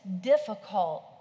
difficult